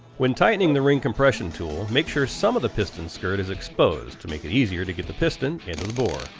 when tightening the ring compression tool, make sure some of the piston skirt is exposed to make it easier to get the piston into the bore